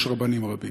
יש רבנים רבים.